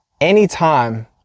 Anytime